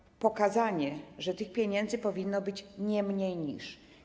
Chodzi o pokazanie, że tych pieniędzy powinno być „nie mniej niż”